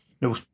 no